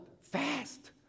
fast